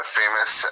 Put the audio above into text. famous